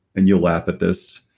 and you'll laugh at this.